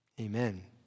Amen